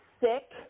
sick